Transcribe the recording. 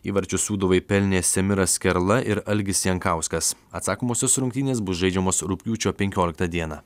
įvarčius sūduvai pelnė semira skerla ir algis jankauskas atsakomosios rungtynės bus žaidžiamos rugpjūčio penkioliktą dieną